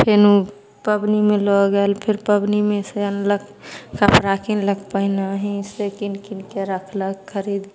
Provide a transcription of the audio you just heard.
फेनू पबनीमे लऽ गेल फेर पबनीमेसे आनलक कपड़ा किनलक पहिनहिसे किनि किनिके राखलक खरिद